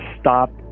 stop